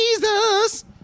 Jesus